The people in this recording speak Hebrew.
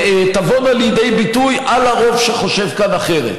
תבואנה לידי ביטוי בדרך של כפייה על הרוב שחושב כאן אחרת,